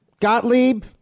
Gottlieb